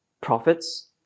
profits